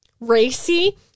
racy